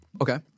Okay